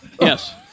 Yes